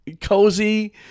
Cozy